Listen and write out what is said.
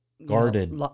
Guarded